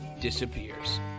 disappears